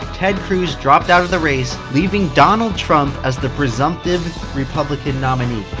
ted cruz dropped out of the race, leaving donald trump as the presumptive republican nominee.